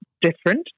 different